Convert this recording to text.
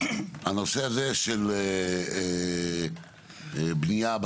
הנושא הזה של בנייה או